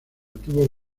tuvo